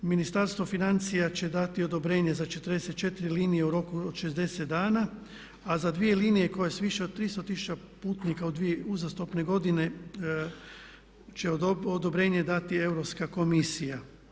Ministarstvo financija će dati odobrenje za 44 linije u roku od 60 dana a za dvije linije koje sa više od 300 tisuća putnika u dvije uzastopne godine će odobrenje dati Europska komisija.